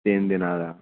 ਤਿੰਨ ਦਿਨਾਂ ਦਾ